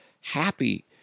happy